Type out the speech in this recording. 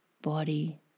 body